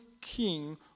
king